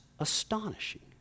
Astonishing